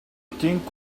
think